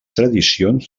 tradicions